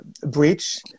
breach